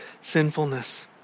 sinfulness